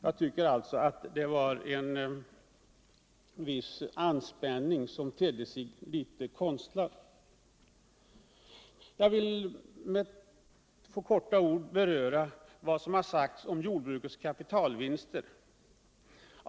Jag tycker alltså att bemödandena i den riktningen tedde sig litet konstlade. Jag vill med några få ord beröra vad som har sagts om jordbrukets kapitalvinster.